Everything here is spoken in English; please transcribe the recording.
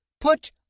Put